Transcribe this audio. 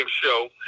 show